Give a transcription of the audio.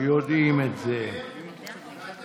כאילו הוא דיבר לקיר.